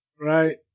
Right